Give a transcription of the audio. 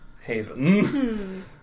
haven